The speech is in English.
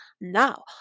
now